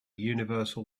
universal